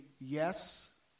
yes